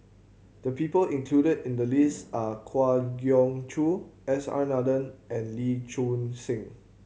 the people included in the list are Kwa Geok Choo S R Nathan and Lee Choon Seng